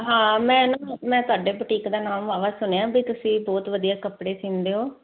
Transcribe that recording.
ਹਾਂ ਮੈਂ ਨਾ ਮੈਂ ਸਾਡੇ ਬਟੀਕ ਦਾ ਨਾਮ ਵਾਵਾ ਸੁਣਿਆ ਵੀ ਤੁਸੀਂ ਬਹੁਤ ਵਧੀਆ ਕੱਪੜੇ ਸੀਦੇ ਹੋ